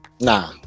Nah